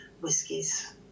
whiskies